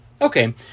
okay